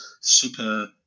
super